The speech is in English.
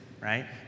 right